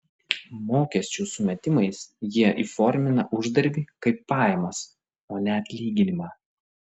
mokesčių sumetimais jie įformina uždarbį kaip pajamas o ne atlyginimą